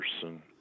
person